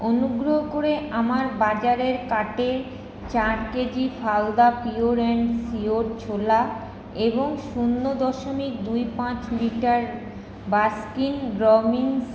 অনুগ্রহ করে আমার বাজারের কার্টে চার KG Phalada pure and sure ছোলা এবং শূন্য দশমিক দুই পাঁচ লিটার বাস্কিন রবিন্স